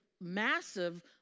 massive